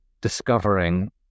discovering